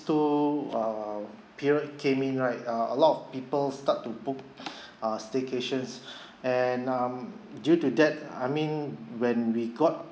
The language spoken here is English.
two uh period came in right uh a lot people start to book ah staycations and um due to that I mean when we got